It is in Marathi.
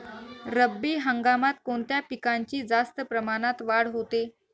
रब्बी हंगामात कोणत्या पिकांची जास्त प्रमाणात वाढ होते?